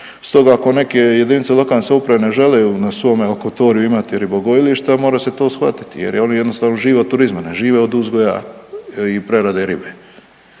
Stoga ako neke jedinice lokalne samouprave ne žele imati ribogojilišta mora se to shvatiti, jer oni jednostavno žive od turizma, ne žive od uzgoja i prerade ribe.